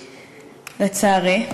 לצערי,